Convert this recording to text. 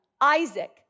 Isaac